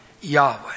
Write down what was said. Yahweh